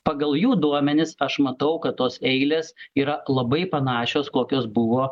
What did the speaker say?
pagal jų duomenis aš matau kad tos eilės yra labai panašios kokios buvo